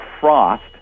frost